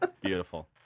Beautiful